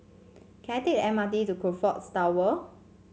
can I take the M R T to Crockfords Tower